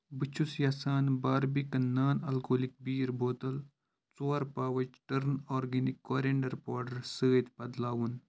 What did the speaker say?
بہٕ چھُس یَژھان باربِکن نان ایلکوہلِک بیٖر بوتل ژور پَوٕچ ٹٔرن آرگینِک کورینٛڈر پوڈر سۭتۍ بدلاوُن